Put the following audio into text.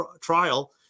trial